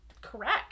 correct